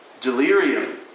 delirium